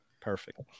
Perfect